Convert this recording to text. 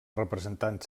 representant